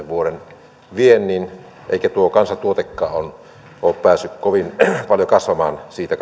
vuoden kaksituhattaseitsemän viennin eikä tuo kansantuotekaan ole päässyt kovin paljon kasvamaan siitä